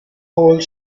whole